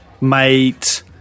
Mate